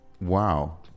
Wow